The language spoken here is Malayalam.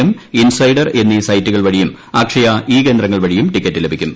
എം ഇൻസൈഡർ എന്നീ സൈറ്റുകൾ വഴിയും അക്ഷയ ഇ കേന്ദ്രങ്ങൾ വഴിയും ടിക്കറ്റ് ലഭിക്കും